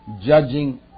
judging